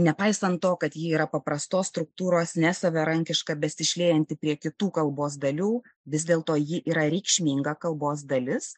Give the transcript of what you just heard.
nepaisant to kad ji yra paprastos struktūros nesavarankiška besišliejanti prie kitų kalbos dalių vis dėlto ji yra reikšminga kalbos dalis